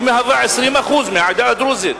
שמהווה 20% מהעדה הדרוזית,